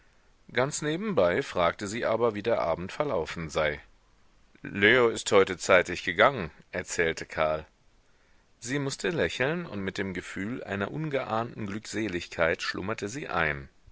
ganz nebenbei fragte sie aber wie der abend verlaufen sei leo ist heute zeitig gegangen erzählte karl sie mußte lächeln und mit dem gefühl einer ungeahnten glückseligkeit schlummerte sie ein